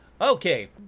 Okay